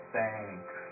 Thanks